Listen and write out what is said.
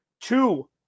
two